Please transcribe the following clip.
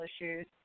issues